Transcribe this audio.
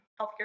healthcare